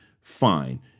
fine